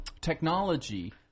technology